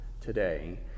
today